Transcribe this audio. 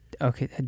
Okay